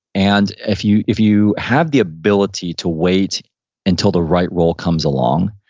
and if you if you have the ability to wait until the right role comes along,